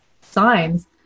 signs